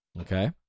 Okay